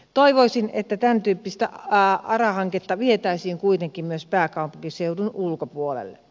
toivoisin että tämäntyyppistä ara hanketta vietäisiin kuitenkin myös pääkaupunkiseudun ulkopuolelle